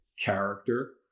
character